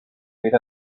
made